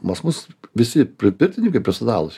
pas mus visi pri pirtininkai profesonalūs